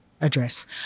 address